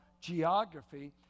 geography